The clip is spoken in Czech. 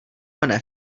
mne